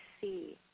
see